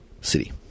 City